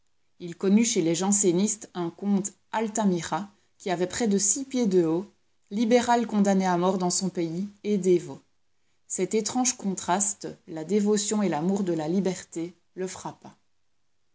il connut chez les jansénistes un comte altamira qui avait près de six pieds de haut libéral condamné à mort dans son pays et dévot cet étrange contraste la dévotion et l'amour de la liberté le frappa